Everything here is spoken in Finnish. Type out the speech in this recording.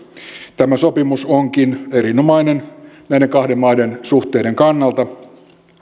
tämä sopimus onkin erinomainen näiden kahden maan suhteiden kannalta